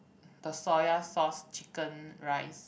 the soya sauce chicken rice